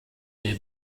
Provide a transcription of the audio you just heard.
their